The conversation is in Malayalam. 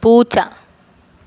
പൂച്ച